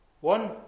one